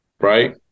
Right